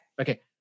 Okay